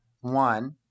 one